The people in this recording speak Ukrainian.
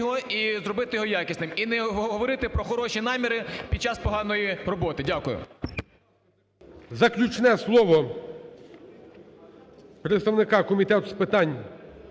Заключне слово представника Комітету з питань